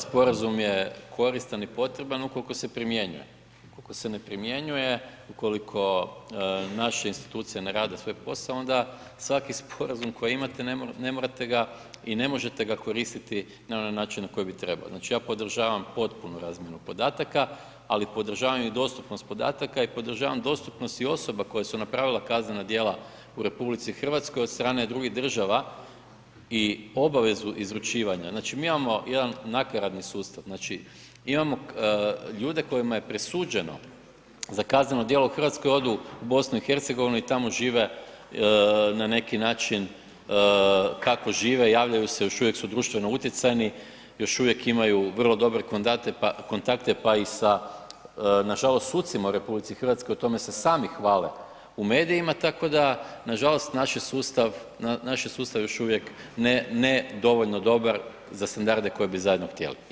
Sporazum je koristan i potreban ukolko se primjenjuje, ukolko se ne primjenjuje, ukoliko naše institucije ne rade svoj posao, onda svaki sporazum koji imate ne morate ga i ne možete ga koristiti na onaj način na koji bi trebao, znači ja podržavam potpuno razmjenu podataka, ali podržavam i dostupnost podataka i podržavam dostupnost i osoba koje su napravile kaznena djela u RH od strane drugih država i obavezu izručivanja, znači mi imamo jedan nakaradni sustav, znači imamo ljude kojima je presuđeno za kazneno djelo u RH, odu u BiH i tamo žive na neki način kako žive, javljaju se, još uvijek su društveno utjecajni, još uvijek imaju vrlo dobre kontakte, pa i sa nažalost sucima u RH, o tome se sami hvale u medijima, tako da nažalost naš je sustav, naš je sustav još uvijek ne, ne dovoljno dobar za standarde koje bi zajedno htjeli imat.